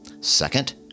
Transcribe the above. Second